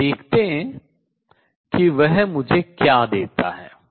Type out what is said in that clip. और देखते हैं कि वह मुझे क्या देता है